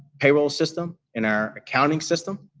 payroll system, in our accounting system.